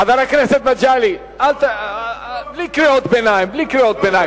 חבר הכנסת מגלי, בלי קריאות ביניים.